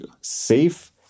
safe